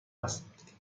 است